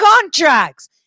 contracts